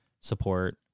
support